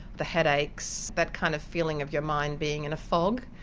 the headaches, that kind of feeling of your mind being in a fog.